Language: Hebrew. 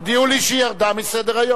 הודיעו לי שהיא ירדה מסדר-היום.